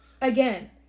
Again